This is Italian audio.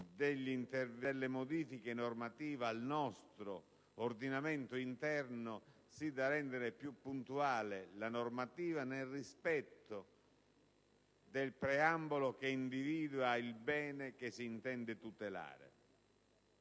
modifiche normative al nostro ordinamento interno, sì da rendere più puntuale la normativa nel rispetto del Preambolo che individua il bene che si intende tutelare.